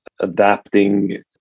adapting